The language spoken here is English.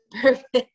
perfect